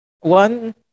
One